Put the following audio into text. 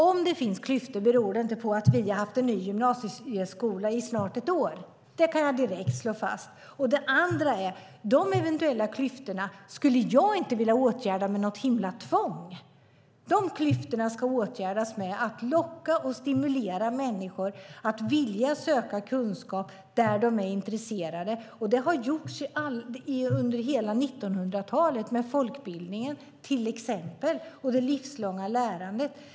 Om det finns klyftor beror det inte på att vi har haft en ny gymnasieskola i snart ett år. Det kan jag direkt slå fast. Det andra är att jag inte skulle vilja åtgärda eventuella klyftor med något himla tvång! Klyftorna ska åtgärdas genom att locka och stimulera människor att vilja söka kunskap där de är intresserade. Det har gjorts under hela 1900-talet, till exempel med folkbildningen och det livslånga lärandet.